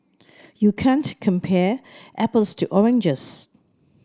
you can't compare apples to oranges